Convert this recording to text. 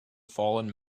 fallen